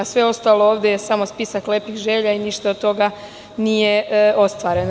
Sve ostalo ovde je samo spisak lepih želja i ništa od toga nije ostvareno.